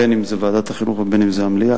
בין בוועדת החינוך ובין במליאה,